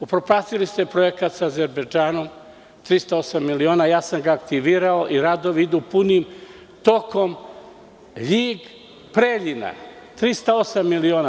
Upropastili ste projekat sa Azerbejdžanom, 308 miliona, ja sam ga aktivirao i radovi idu punim tokom, Ljig – Preljina, 308 miliona.